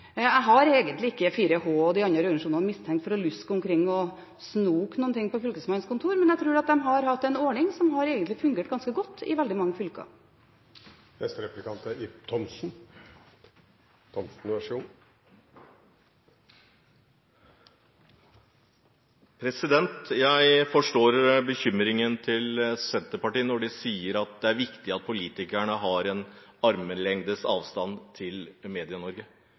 Jeg mistenker egentlig ikke 4H og de andre organisasjonene for å luske omkring og snoke på Fylkesmannens kontor, men jeg tror at de har hatt en ordning som egentlig har fungert ganske godt i veldig mange fylker. Jeg forstår bekymringen til Senterpartiet når de sier at det er viktig at politikerne har en armlengdes avstand til